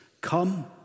Come